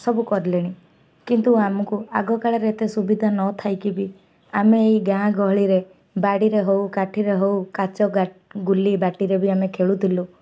ସବୁ କଲେଣି କିନ୍ତୁ ଆମକୁ ଆଗ କାଳରେ ଏତେ ସୁବିଧା ନ ଥାଇକି ବି ଆମେ ଏଇ ଗାଁ ଗହଳିରେ ବାଡ଼ିରେ ହଉ କାଠିରେ ହଉ କାଚ ଗୁଲି ବାଟିରେ ବି ଆମେ ଖେଳୁଥିଲୁ